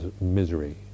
misery